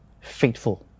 faithful